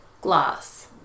glass